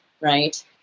right